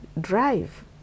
drive